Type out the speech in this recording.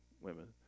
women